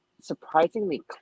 surprisingly